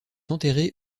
enterré